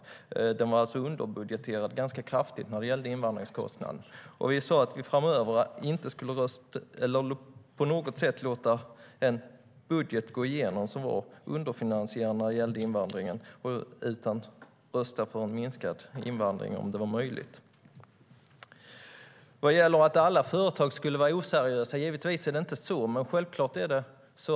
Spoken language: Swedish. Budgeten var alltså ganska kraftigt underfinansierad när det gällde invandringskostnaderna. Vi sa att vi framöver inte på något sätt skulle låta en budget gå igenom som var underfinansierad när det gäller invandringen utan rösta för en minskad invandring om det var möjligt. Givetvis anser vi inte att alla företag är oseriösa.